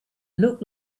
looked